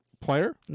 player